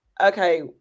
Okay